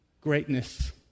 greatness